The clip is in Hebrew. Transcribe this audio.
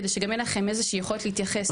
כדי שגם תהיה לכם יכולת להתייחס.